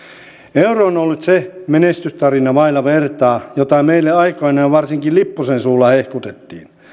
euro on ollut se menestystarina vailla vertaa jota meille aikoinaan ja varsinkin lipposen suulla hehkutettiin